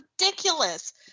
ridiculous